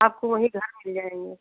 आपको वहीं घर मिल जाएँगे